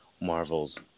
Marvel's